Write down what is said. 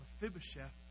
Mephibosheth